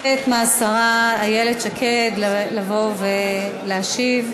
מבקשת מהשרה איילת שקד לבוא ולהשיב.